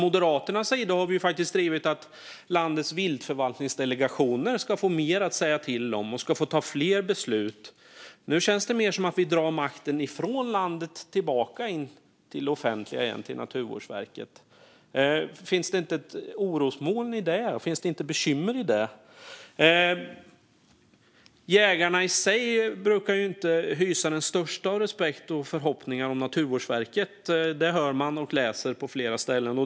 Moderaterna har drivit att landets viltförvaltningsdelegationer ska få mer att säga till om och att de ska få ta fler beslut. Nu känns det mer som att vi drar makten ifrån landet tillbaka till det offentliga och Naturvårdsverket. Finns det inte orosmoln eller bekymmer i detta? Jägarna brukar inte hysa den största respekt för eller några förhoppningar om Naturvårdsverket. Detta hör och läser man på flera ställen.